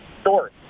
story